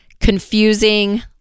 confusing